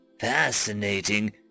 Fascinating